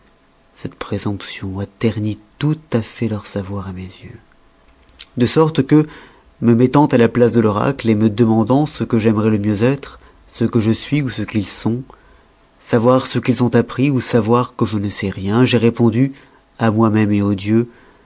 cette présomption a terni tout-à-fait leur savoir à mes yeux de sorte que me mettant à la place de l'oracle me demandant ce que j'aimerois le mieux être ce que je suis ou ce qu'ils sont savoir ce qu'ils ont appris ou savoir que je ne sais rien j'ai répondu à moi-même au dieu